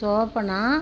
Shobana